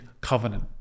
Covenant